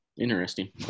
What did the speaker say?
Interesting